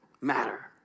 matter